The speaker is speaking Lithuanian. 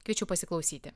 kviečiu pasiklausyti